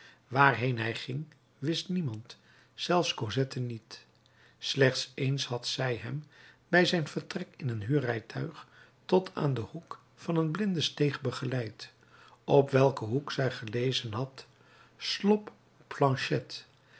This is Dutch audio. waarheen hij ging wist niemand zelfs cosette niet slechts eens had zij hem bij zijn vertrek in een huurrijtuig tot aan den hoek van een blinde steeg begeleid op welken hoek zij gelezen had slop planchette